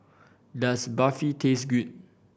does Barfi taste good